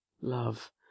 love